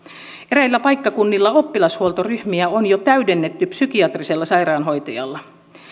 eräillä paikkakunnilla oppilashuoltoryhmiä on jo täydennetty psykiatrisella sairaanhoitajalla